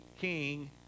King